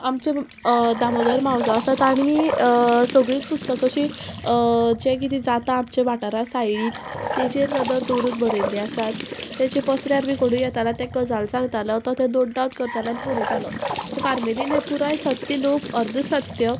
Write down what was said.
आमचे दामोदर मावजो आसा ताणी सगळीत पुस्तक अशी जे कितें जाता आमच्या वाठारा सायडीन तेजेर नदर दवरूत बरयल्ले आसात तेजे पसऱ्यार बी कोणूय येताले ते गजाल सांगतालो तो तें तो नॉट डावन करतालो आनी बरयतालो सो कार्मेलीन हें पुराय सत्य न्हू अर्द सत्य